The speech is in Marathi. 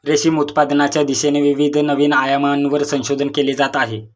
रेशीम उत्पादनाच्या दिशेने विविध नवीन आयामांवर संशोधन केले जात आहे